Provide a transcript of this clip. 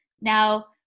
Now